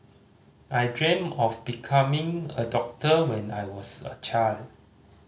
I dreamt of becoming a doctor when I was a child